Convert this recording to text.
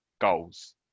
goals